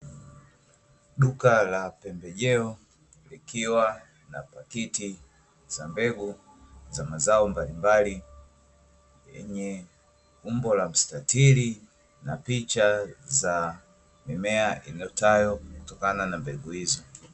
Duka la pembejeo kukiwa na pakti za mbegu za mazao mbalimbali, yenye umbo la msitatiri na picha za mimea iotayo kutoka a na mbegu hizo.